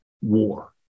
war